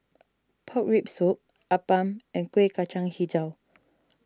Pork Rib Soup Appam and Kueh Kacang HiJau